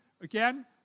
again